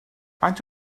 faint